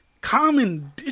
common